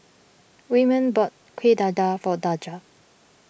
Wyman bought Kuih Dadar for Daja